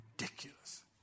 ridiculous